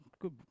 good